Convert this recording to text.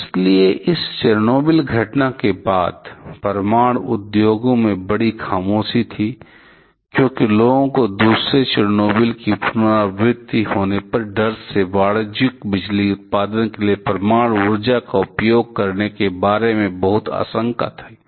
इसलिए इस चेरनोबिल घटना के बाद परमाणु उद्योग में एक बड़ी खामोशी थी क्योंकि लोगों को दूसरे चेरनोबिल के पुनरावृत्ति होने के डर से वाणिज्यिक बिजली उत्पादन के लिए परमाणु ऊर्जा का उपयोग करने के बारे में बहुत आशंका थी